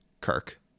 Kirk